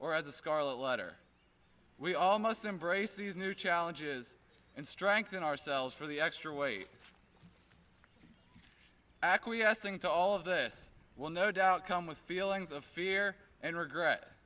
a scarlet letter we almost embrace these new challenges and strengthen ourselves for the extra weight acquiescing to all of this will no doubt come with feelings of fear and regret